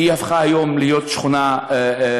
היא הפכה היום להיות שכונה ענייה,